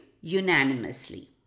unanimously